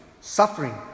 Suffering